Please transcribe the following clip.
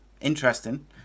Interesting